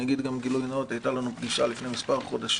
אני אגיד גם גילוי נאות הייתה לנו פגישה לפני מספר חודשים,